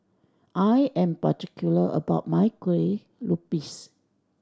I am particular about my Kueh Lupis